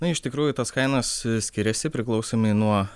na iš tikrųjų tos kainos skiriasi priklausomai nuo